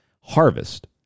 Harvest